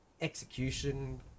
execution